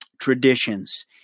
traditions